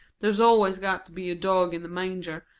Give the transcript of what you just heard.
there's always got to be a dog in the manger,